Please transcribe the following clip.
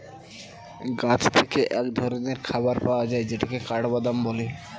গাছ থেকে এক ধরনের খাবার পাওয়া যায় যেটাকে কাঠবাদাম বলে